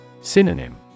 Synonym